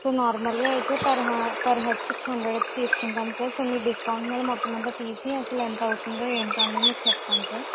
so నార్మల్గా అయితే per per head six hundred అయితే తీసుకుంటాం సార్ సో మీరు డిస్కౌంట్ మీద మొత్తమంతా తీసి అసలు ఎంత అవుతుందో ఏంటో అన్నది మీకు చెప్తాను సార్